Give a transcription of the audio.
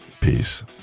Peace